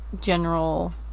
general